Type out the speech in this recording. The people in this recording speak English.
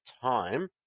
time